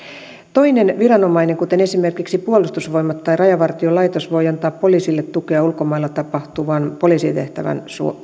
toinen viranomainen kuten esimerkiksi puolustusvoimat ja rajavartiolaitos voi antaa poliisille tukea ulkomailla tapahtuvan poliisitehtävän